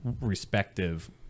respective